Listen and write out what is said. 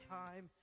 time